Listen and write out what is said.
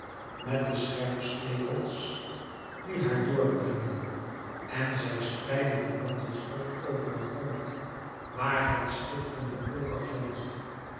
met de scherpe stekels die haar door priemden en zij spreidde de mantelstof over den grond waar het schitterende oker